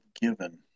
given